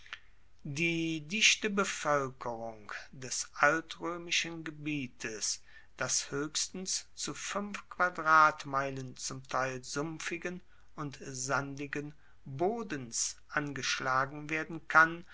die dichte bevoelkerung des altroemischen gebietes das hoechstens zu quadratmeilen zum teil sumpfigen und sandigen bodens angeschlagen werden kann